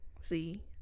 See